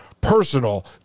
personal